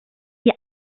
die